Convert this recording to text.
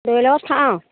দৈ লগত থাওঁ